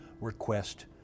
request